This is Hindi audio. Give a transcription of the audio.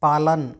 पालन